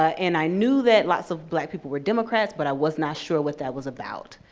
and i knew that lots of black people were democrats, but i was not sure what that was about.